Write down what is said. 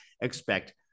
expect